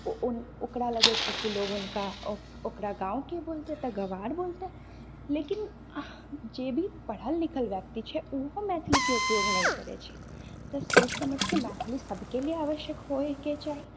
ओकरा लगै छै कि लोग हुनका ओकरा गाँवके बोलतै तऽ गँवार बोलतै लेकिन जेभी पढ़ल लिखल व्यक्ति छै ओहो मैथिलीके उपयोग नहि करैत छै तऽ सोचि समझिके मैथिली सभके लिए आवश्यक होइके चाही